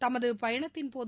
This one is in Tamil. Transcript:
தமதுபயணத்தின்போது